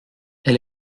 elle